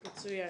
מצוין.